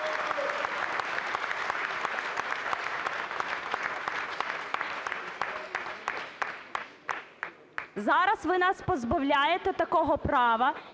Зараз ви нас позбавляєте такого права.